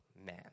Man